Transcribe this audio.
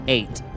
Eight